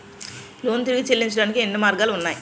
Loan తిరిగి చెల్లించటానికి ఎన్ని మార్గాలు ఉన్నాయి?